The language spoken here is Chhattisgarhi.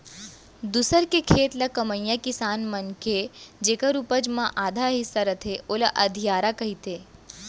दूसर के खेत ल कमइया किसान मनखे जेकर उपज म आधा हिस्सा रथे ओला अधियारा कथें